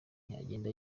yagenda